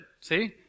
see